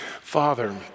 Father